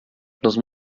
los